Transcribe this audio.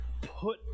put